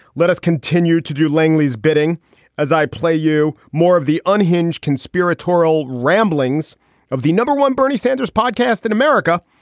let us continue to do langley's bidding as i play you more of the unhinged conspiratorial ramblings of the number one bernie sanders podcast in america,